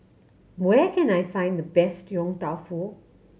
where can I find the best Yong Tau Foo